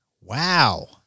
Wow